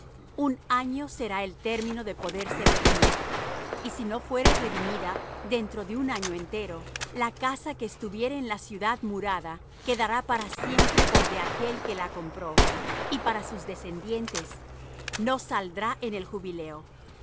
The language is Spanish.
un año será el término de poderse redimir y si no fuere redimida dentro de un año entero la casa que estuviere en la ciudad murada quedará para siempre por de aquel que la compró y para sus descendientes no saldrá en el jubileo